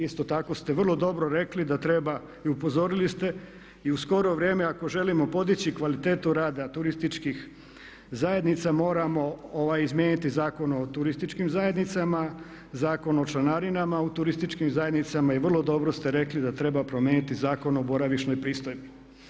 Isto tako ste vrlo dobro rekli i upozorili ste da treba u skoro vrijeme ako želimo podići kvalitetu rada turističkih zajednica moramo izmijeniti Zakon o turističkim zajednicama, Zakon o članarinama u turističkim zajednicama i vrlo dobro ste rekli da treba promijeniti Zakon o boravišnoj pristojbi.